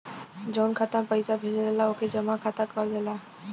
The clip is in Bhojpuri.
जउन खाता मे पइसा भेजल जाला ओके जमा खाता कहल जाला